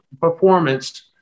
performance